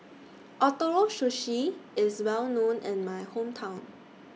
Ootoro Sushi IS Well known in My Hometown